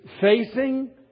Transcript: facing